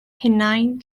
hunain